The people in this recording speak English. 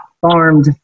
Farmed